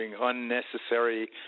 unnecessary